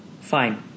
Fine